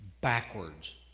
backwards